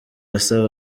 asaba